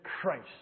Christ